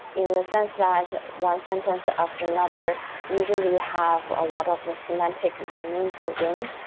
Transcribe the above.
in the sense that one sentence after another usually have a lot of the semantic meaning built-in,